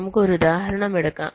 നമുക്ക് ഒരു ഉദാഹരണം എടുക്കാം